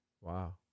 Wow